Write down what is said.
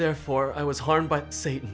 therefore i was harmed by satan